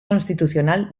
constitucional